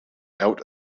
out